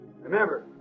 Remember